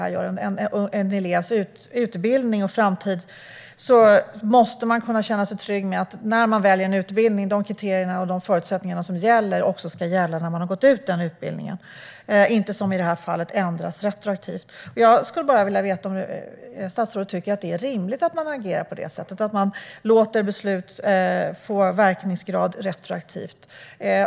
När man väljer en utbildning måste man kunna känna sig trygg med att de kriterier och förutsättningar som gäller också kommer att gälla när man har gått ut utbildningen och att de inte ändras retroaktivt, som i detta fall. Jag vill veta om statsrådet tycker att det är rimligt att man agerar på det sättet - att man låter beslut få verkningsgrad retroaktivt.